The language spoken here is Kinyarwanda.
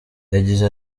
yagize